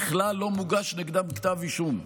בכלל לא מוגש נגדם כתב אישום,